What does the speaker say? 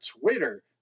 Twitter